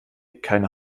keine